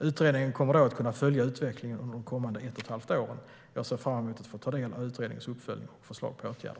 Utredningen kommer då att kunna följa utvecklingen under de kommande ett och ett halvt åren. Jag ser fram emot att få ta del av utredningens uppföljning och förslag på åtgärder.